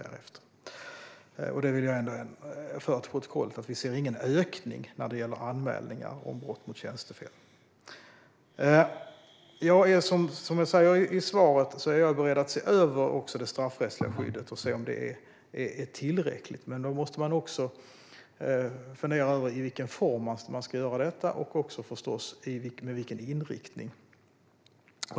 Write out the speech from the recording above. Detta vill jag få fört till protokollet. Det sker ingen ökning när det gäller anmälningar om brottet tjänstefel. Jag är, som jag sa i interpellationssvaret, beredd att se över det straffrättsliga skyddet och se om det är tillräckligt. Men då måste man fundera över i vilken form man ska göra detta och också förstås med vilken inriktning.